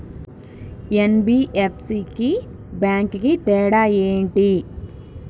NBFC కి bank కి తేడా ఏంటి?